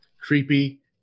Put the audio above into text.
creepy